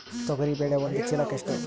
ತೊಗರಿ ಬೇಳೆ ಒಂದು ಚೀಲಕ ಎಷ್ಟು?